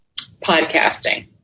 Podcasting